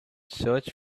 search